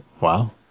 wow